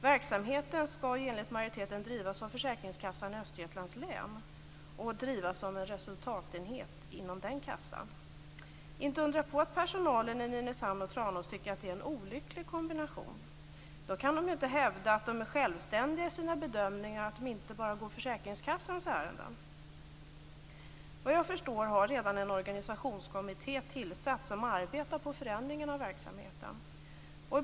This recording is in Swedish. Verksamheten skall ju enligt majoriteten drivas av försäkringskassan i Östergötlands län, som en resultatenhet inom den kassan. Inte att undra på att de anställda i Nynäshamn och Tranås tycker att det är en olycklig kombination. Då kan de ju inte hävda att de är självständiga i sina bedömningar och inte bara går försäkringskassans ärenden. Enligt vad jag förstår har en organisationskommitté redan tillsatts som arbetar på förändringen av verksamheten.